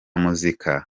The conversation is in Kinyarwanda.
muzika